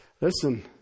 Listen